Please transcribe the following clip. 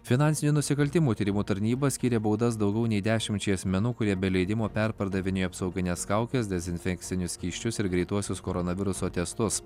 finansinių nusikaltimų tyrimų tarnyba skyrė baudas daugiau nei dešimčiai asmenų kurie be leidimo perpardavinėjo apsaugines kaukes dezinfekcinius skysčius ir greituosius koronaviruso testus